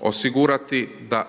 osigurati da